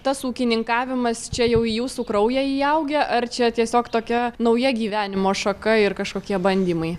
tas ūkininkavimas čia jau į jūsų kraują įaugę ar čia tiesiog tokia nauja gyvenimo šaka ir kažkokie bandymai